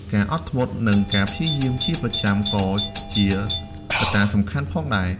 ការអត់ធ្មត់ និងការព្យាយាមជាប្រចាំក៏ជាកត្តាសំខាន់ផងដែរ។